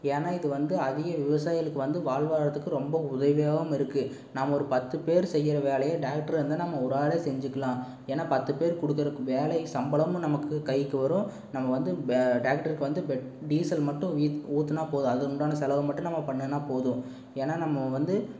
ஏன்னா இது வந்து அதிக விவசாயிகளுக்கு வந்து வாழ்வாதாரத்துக்கு வந்து ரொம்ப உதவியாகவும் இருக்குது நாம் ஒரு பத்து பேர் செய்கிற வேலையை டிராக்டர் இருந்தால் நம்ம ஒரு ஆளே செஞ்சிக்கலாம் ஏன்னா பத்து பேர் கொடுக்குறக்கு வேலை சம்பளமும் நமக்கு கைக்கு வரும் நம்ம வந்து டிராக்டர்க்கு வந்து டீசல் மட்டும் வி ஊத்துனால் போதும் அதுக்கு உண்டான செலவை மட்டும் நம்ம பண்ணுனால் போதும் ஏன்னா நம்ம வந்து